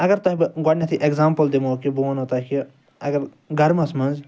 اگر تۄہہِ بہٕ گۄڈنیٚتھے ایٚگزامپل دِمو کہ بہٕ ونو تۄہہِ کہ اگر گَرمَس مَنٛز